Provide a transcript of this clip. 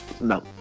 no